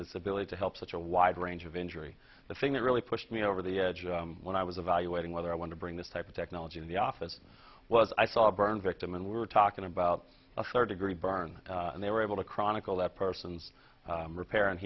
its ability to help such a wide range of injury the thing that really pushed me over the edge when i was evaluating whether i want to bring this type of technology in the office was i saw a burn victim and we're talking about a third degree burn and they were able to chronicle that person's